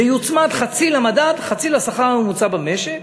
זה יוצמד חצי למדד חצי לשכר הממוצע במשק,